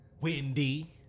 Wendy